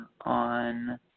on